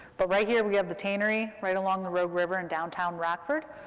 but right here, we have the tannery, right along the road wherever, in downtown rockford.